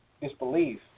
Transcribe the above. disbelief